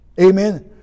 Amen